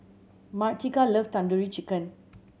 Martika love Tandoori Chicken